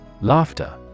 Laughter